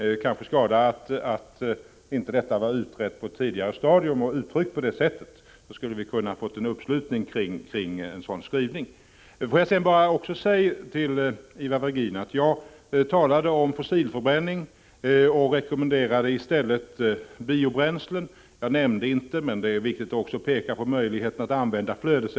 Det har kanske inneburit en skada att detta inte har blivit utrett på ett tidigare stadium och uttryckt på detta sätt. Hade så varit fallet hade vi kunnat få en uppslutning till en sådan skrivning. Till Ivar Virgin vill jag säga att jag talade om fossilförbränning och rekommenderade i stället biobränslen. Jag nämnde inte flödesenergi, men det är viktigt att peka på möjligheterna att använda det.